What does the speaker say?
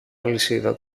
αλυσίδα